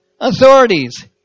authorities